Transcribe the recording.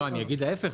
לא, אני אגיד ההיפך.